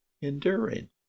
enduring